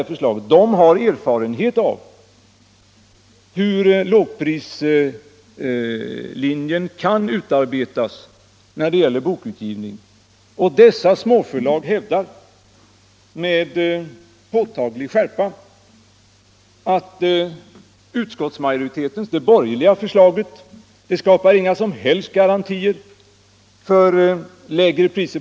De förlagen har erfarenhet av hur lågprislinjen kan utarbetas när det gäller bokutgivning, och de hävdar med påtaglig skärpa att utskottsmajoritetens — alltså de borgerligas — förslag inte skapar några som helst garantier för lägre pris.